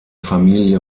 familie